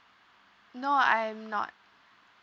no I am not